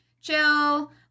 chill